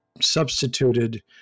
substituted